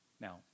Now